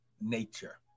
nature